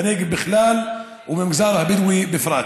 בנגב בכלל ובמגזר הבדואי בפרט.